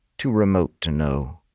too remote to know,